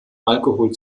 alkohol